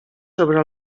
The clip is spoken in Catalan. sobre